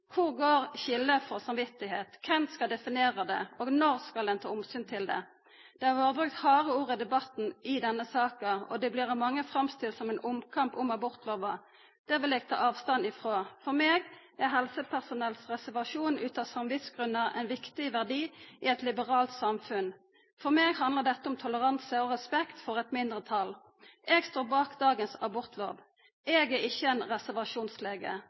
Kor går skiljet for samvit? Kven skal definera det? Og når skal ein ta omsyn til det? Det har vore brukt harde ord i debatten i denne saka, og det vert av mange framstilt som ein omkamp om abortlova. Det vil eg ta avstand frå. For meg er helsepersonells reservasjon av samvitsgrunnar ein viktig verdi i eit liberalt samfunn. For meg handlar dette om toleranse og respekt for eit mindretal. Eg står bak dagens abortlov. Eg er ikkje ein reservasjonslege,